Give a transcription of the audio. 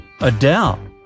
Adele